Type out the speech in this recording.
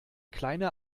kleine